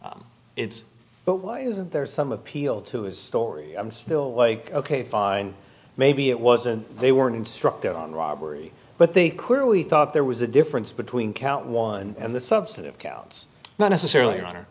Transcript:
so it's but why is there some appeal to his story i'm still like ok fine maybe it wasn't they weren't instructed on robbery but they clearly thought there was a difference between count one and the substantive counts not necessarily